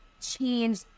change